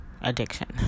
addiction